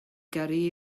gyrru